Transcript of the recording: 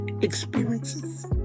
experiences